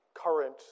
current